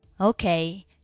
Okay